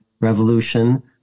revolution